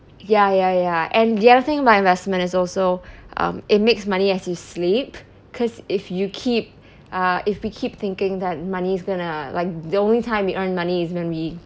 ya ya ya and the other thing about investment is also um it makes money as you sleep because if you keep uh if we keep thinking that moneys gonna like the only time we earn money is when we